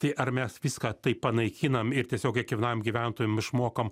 tai ar mes viską taip panaikinam ir tiesiog kiekvienam gyventojui m išmokam